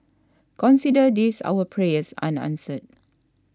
consider this our prayers unanswered